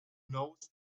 knows